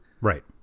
right